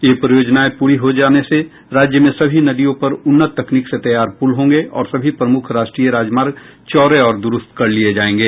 ये परियोजनाएं पूरी हो जाने से बिहार में सभी नदियों पर उन्नत तकनीक से तैयार पुल होंगे और सभी प्रमुख राष्ट्रीय राजमार्ग चौड़े और दुरूस्त कर लिए जायेंगे